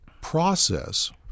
process